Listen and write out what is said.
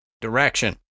direction